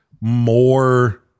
more